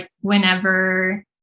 whenever